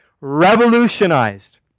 revolutionized